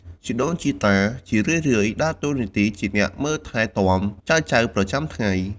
ជីដូនជីតាជារឿយៗដើរតួនាទីជាអ្នកមើលថែទាំចៅៗប្រចាំថ្ងៃ។